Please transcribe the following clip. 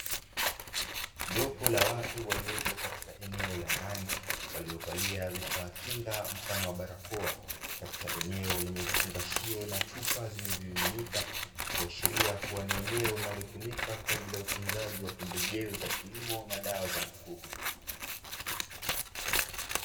Jopo la watu waliopo katika eneo la ndani waliovalia vifaa kinga mfano wa barakoa, katika eneo lenye vifungashio na chupa zenye vimiminika, ikiashiria kuwa ni eneo linalotumika kwa utunzaji wa pembejeo za kilimo na dawa za mifugo.